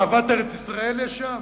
אהבת ארץ-ישראל יש שם?